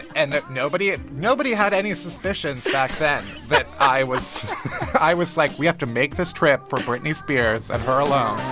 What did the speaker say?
and nobody ah nobody had any suspicions back then that i was i was like, we have to make this trip for britney spears and her alone